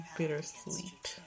bittersweet